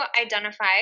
identify